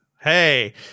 hey